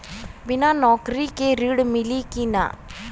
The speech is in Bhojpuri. बिना नौकरी के ऋण मिली कि ना?